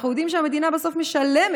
אנחנו יודעים שהמדינה בסוף משלמת,